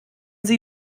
sie